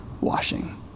washing